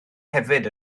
hefyd